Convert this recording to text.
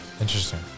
Interesting